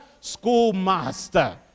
schoolmaster